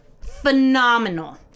Phenomenal